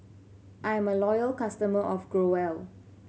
I'm a loyal customer of Growell